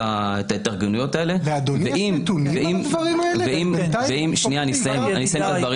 ההתארגנויות האלה ------- אני אסיים את הדברים